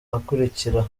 akurikira